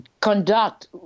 conduct